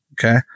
Okay